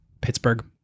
Pittsburgh